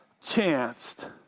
chanced